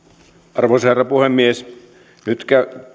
arvoisa herra puhemies nyt